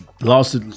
Lost